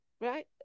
Right